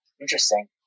Interesting